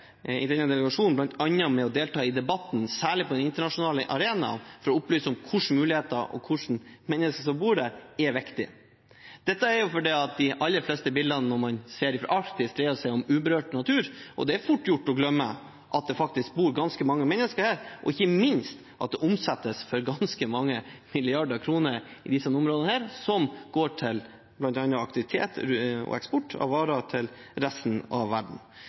i denne delegasjonen er viktig, bl.a. ved å delta i debatten, særlig på den internasjonale arenaen, for å opplyse om hvilke muligheter som er i nordområdene, og hvilke mennesker som bor der. Dette er fordi de aller fleste bildene man ser fra arktiske områder, er av uberørt natur, og det er fort gjort å glemme at det faktisk bor ganske mange mennesker der, og ikke minst at det omsettes for ganske mange milliarder kroner i disse områdene, som går til bl.a. aktivitet og eksport av varer til resten av verden.